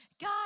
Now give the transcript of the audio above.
God